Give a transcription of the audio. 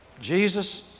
Jesus